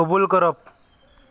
कबूल करप